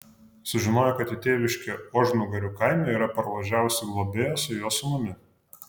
sužinojo kad į tėviškę ožnugarių kaime yra parvažiavusi globėja su jo sūnumi